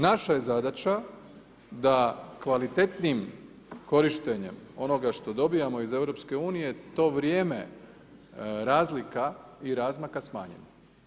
Naša je zadaća da kvalitetnim korištenjem onoga što dobivamo iz EU to vrijeme razlika i razmaka smanjimo.